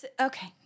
okay